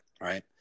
Right